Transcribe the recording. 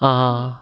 ohh